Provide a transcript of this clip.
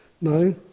no